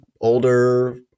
older